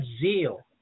zeal